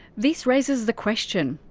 this raises the question.